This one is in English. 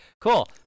cool